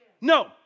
No